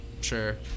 sure